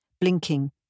blinking